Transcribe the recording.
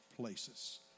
places